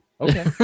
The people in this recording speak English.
okay